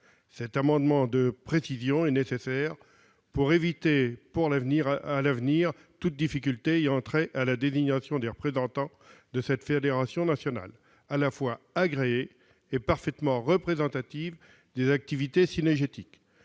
Cet amendement de précision est nécessaire pour éviter, à l'avenir, toute difficulté ayant trait à la désignation des représentants de cette fédération nationale, à la fois agréée et parfaitement représentative des activités cynégétiques.